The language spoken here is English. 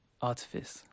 Artifice